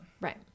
Right